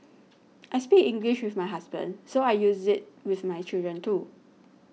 I speak English with my husband so I use it with my children too